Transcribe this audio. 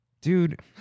dude